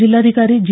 जिल्हाधिकारी जी